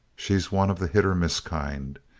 she's one of the hit or miss kind.